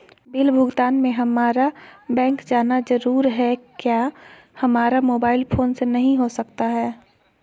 Bill भुगतान में हम्मारा बैंक जाना जरूर है क्या हमारा मोबाइल फोन से नहीं हो सकता है?